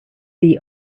see